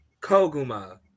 Koguma